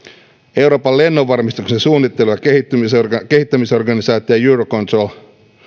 euroopan lennonvarmistuksen suunnittelu ja kehittämisorganisaatio eurocontrol